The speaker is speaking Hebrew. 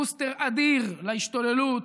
בוסטר אדיר להשתוללות,